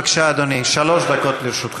בבקשה, אדוני, שלוש דקות לרשותך.